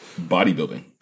Bodybuilding